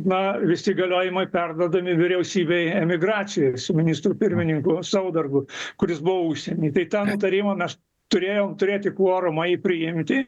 na visi įgaliojimai perduodami vyriausybei emigracijoj su ministru pirmininku saudargu kuris buvo užsieny tai tą nutarimą mes turėjom turėti kvorumą jį priimti